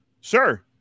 sir